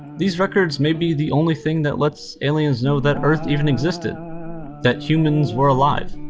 these records may be the only thing that lets aliens know that earth even existed that humans were alive.